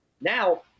Now